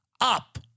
up